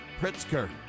Pritzker